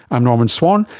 i'm norman swan,